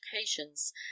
occasions